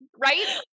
Right